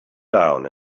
down